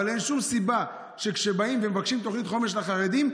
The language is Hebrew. אבל אין שום סיבה שכשבאים ומבקשים תוכנית חומש לחרדים,